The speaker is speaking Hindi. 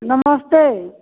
नमस्ते